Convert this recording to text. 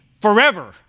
forever